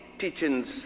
teachings